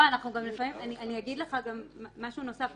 אני אגיד לך משהו נוסף.